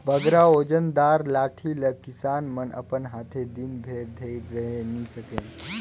बगरा ओजन दार लाठी ल किसान मन अपन हाथे दिन भेर धइर रहें नी सके